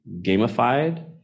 gamified